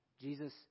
Jesus